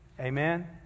Amen